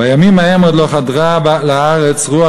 בימים ההם עוד לא חדרה לארץ רוח